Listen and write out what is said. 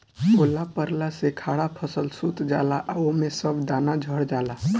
ओला पड़ला से खड़ा फसल सूत जाला आ ओमे के सब दाना झड़ जाला